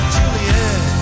Juliet